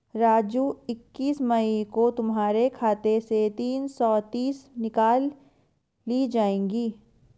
राजू इकतीस मई को तुम्हारे खाते से तीन सौ तीस निकाल ली जाएगी